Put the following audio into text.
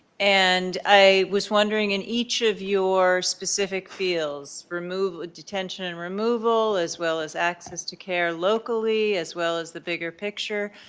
and i was wondering, in each of your specific fields, detention and removal as well as access to care locally, as well as the bigger picture,